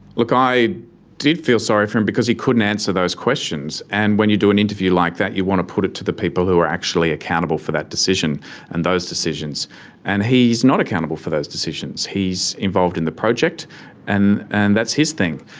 look, i did feel sorry for him because he couldn't answer those questions and when you do an interview like that you want to put it to the people who are actually accountable for that decision and those decisions and he's not accountable for those decisions. he's involved in the project and and that's his thing,